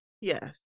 Yes